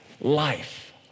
Life